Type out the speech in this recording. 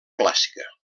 clàssica